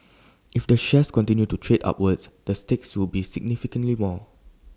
if the shares continue to trade upward the stakes will be significantly more